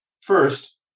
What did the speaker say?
First